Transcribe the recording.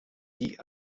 vit